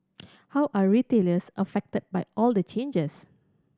how are retailers affected by all the changes